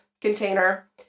container